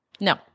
No